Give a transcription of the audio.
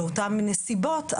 באותן נסיבות,